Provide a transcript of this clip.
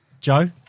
Joe